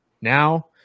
Now